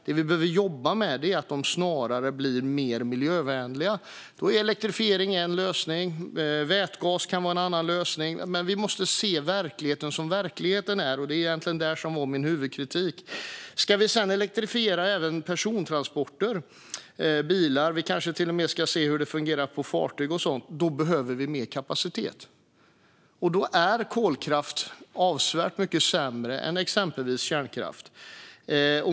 Det vi behöver jobba med är snarare att de blir mer miljövänliga. Då är elektrifiering en lösning, och vätgas kan vara en annan lösning. Vi måste dock se verkligheten som verkligheten är, och det är egentligen det som var min huvudkritik. Ska vi sedan elektrifiera även persontransporter - bilar - och kanske till och med se hur det fungerar på fartyg och så vidare behöver vi mer kapacitet. Då är kolkraft avsevärt mycket sämre än exempelvis kärnkraft.